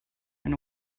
and